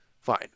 Fine